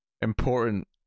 important